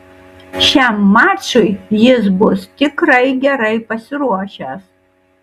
šiam mačui jis bus tikrai gerai pasiruošęs